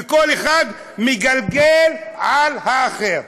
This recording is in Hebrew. וכל אחד מגלגל על האחר.